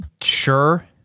Sure